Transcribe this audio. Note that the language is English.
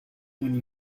when